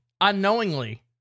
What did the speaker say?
unknowingly